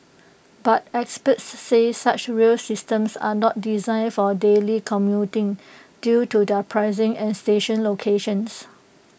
but experts said such rail systems are not designed for daily commuting due to their pricing and station locations